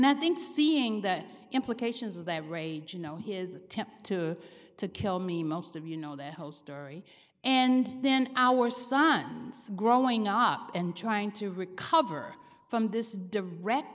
and i think seeing that implications of that rage you know his attempt to to kill me most of you know that whole story and then our son's growing up and trying to recover from this